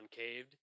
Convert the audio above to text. concaved